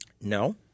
No